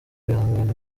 bihangano